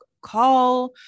call